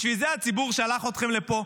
בשביל זה הציבור שלח אתכם לפה?